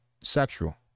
sexual